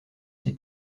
sur